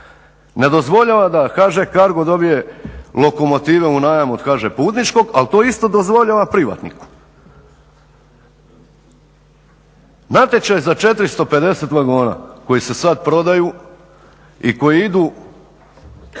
ne dozvoljava da HŽ Cargo dobije lokomotive u najam HŽ Putničkog ali to isto dozvoljava privatniku. Natječaj za 450 vagona koji se sada prodaju i koji idu